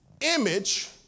image